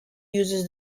uses